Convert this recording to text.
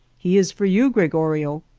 he is for you, gre gorio.